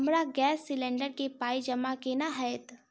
हमरा gas cylinder केँ पाई जमा केना हएत?